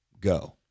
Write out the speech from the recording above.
go